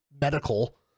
medical